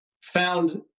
found